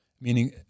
meaning